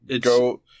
Go